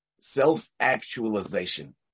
self-actualization